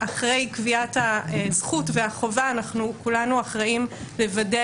אחרי קביעת הזכות והחובה כולנו אחראים לוודא